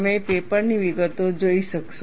તમે પેપરની વિગતો જોઈ શકશો